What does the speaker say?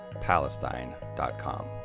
Palestine.com